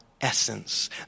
Essence